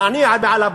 אני רק יודע,